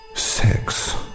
Sex